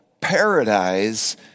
paradise